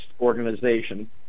organization